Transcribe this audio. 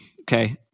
okay